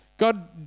God